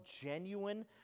genuine